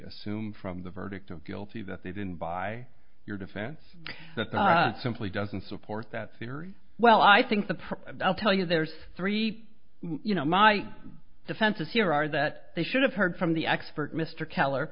assume from the verdict of guilty that they didn't buy your defense that simply doesn't support that theory well i think the problem i'll tell you there's three you know my defenses here are that they should have heard from the expert mr keller